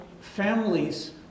families